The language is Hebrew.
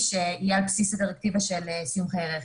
שיהיה על בסיס הדירקטיבה של סיום חיי רכב.